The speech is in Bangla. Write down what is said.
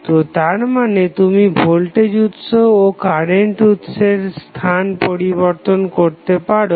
তো তারমানে তুমি ভোল্টেজ উৎস ও কারেন্ট উৎসের স্থান পরিবর্তন করতে পারো